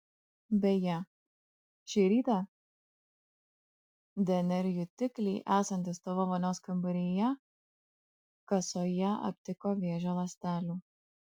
beje šį rytą dnr jutikliai esantys tavo vonios kambaryje kasoje aptiko vėžio ląstelių